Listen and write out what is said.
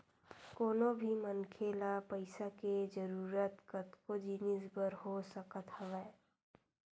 कोनो भी मनखे ल पइसा के जरुरत कतको जिनिस बर हो सकत हवय